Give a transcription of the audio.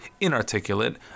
inarticulate